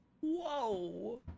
Whoa